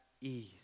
ease